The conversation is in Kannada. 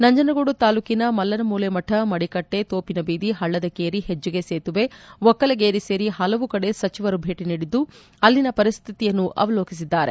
ನಂಜನಗೂಡು ತಾಲ್ಲೂಕಿನ ಮಲ್ಲನಮೂಲೆ ಮಠ ಮಡಿಕಟ್ಟೆ ತೋಪಿನ ಬೀದಿಹಳ್ಳದ ಕೇರಿಹೆಜ್ಜಿಗೆ ಸೇತುವೆ ಒಕ್ಕಲಗೇರಿ ಸೇರಿ ಹಲವು ಕಡೆ ಸಚಿವರು ಭೇಟ ನೀಡಿದ್ದು ಅಲ್ಲಿನ ಪರಿಶ್ಠಿತಿಯನ್ನ ಅವಲೋಕಿಸಿದ್ದಾರೆ